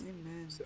Amen